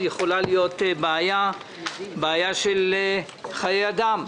יכולה להיות בעיה של חיי אדם,